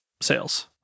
sales